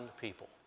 people